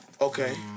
Okay